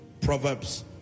Proverbs